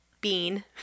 bean